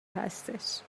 هستش